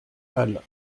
halles